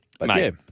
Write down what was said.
Mate